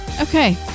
Okay